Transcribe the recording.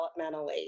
developmentally